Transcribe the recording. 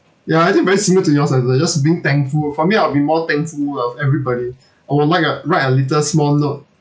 ya I think very similar to yours ah like just being thankful for me I'll be more thankful of everybody or like uh write a little small note